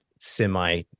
semi